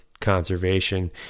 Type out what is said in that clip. conservation